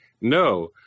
No